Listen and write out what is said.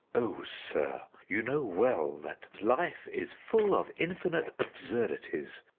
oh sir, you know well that life is full of infinite absurdities,